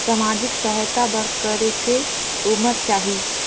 समाजिक सहायता बर करेके उमर चाही?